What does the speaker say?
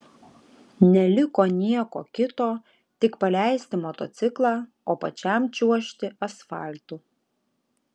neliko nieko kito tik paleisti motociklą o pačiam čiuožti asfaltu